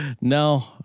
No